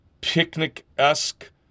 picnic-esque